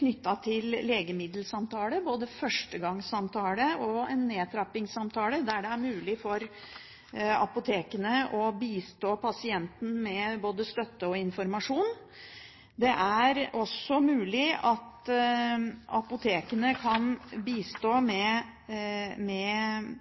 knyttet til legemiddelsamtale – både førstegangssamtale og en nedtrappingssamtale – der det er mulig for apotekene å bistå pasienten med både støtte og informasjon. Det er også mulig at apotekene kan bistå med